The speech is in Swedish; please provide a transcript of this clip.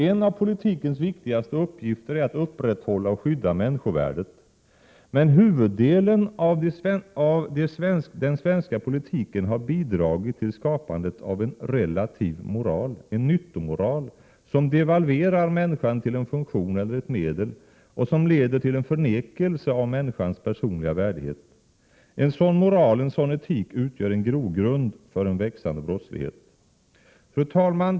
En av politikens viktigaste uppgifter är att upprätthålla och skydda människovärdet. Men huvuddelen av den svenska politiken har bidragit till skapandet av en relativ moral, en nyttomoral, som devalverar människan till en funktion eller ett medel och som leder till en förnekelse av människans personliga värdighet. En sådan moral, en sådan etik, utgör en grogrund för en växande brottslighet. Fru talman!